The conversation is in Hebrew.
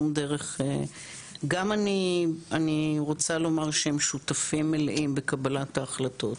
אני רוצה לומר שהם שותפים מלאים בקבלת ההחלטות.